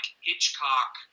Hitchcock